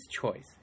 choice